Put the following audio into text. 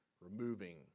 removing